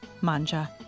MANJA